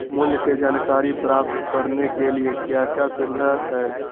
मूल्य के जानकारी प्राप्त करने के लिए क्या क्या सुविधाएं है?